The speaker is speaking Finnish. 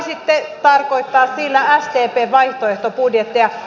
taisitte tarkoittaa sillä sdpn vaihtoehtobudjettia